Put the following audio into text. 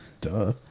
Duh